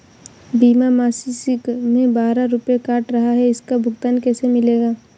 बीमा मासिक में बारह रुपय काट रहा है इसका भुगतान कैसे मिलेगा?